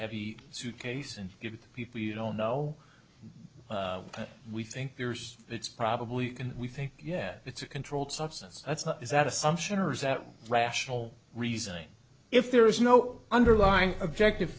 heavy suitcase and give it to people you don't know we think there's it's probably can we think yeah it's a controlled substance that's not is that assumption or is that rational reasoning if there is no underlying objective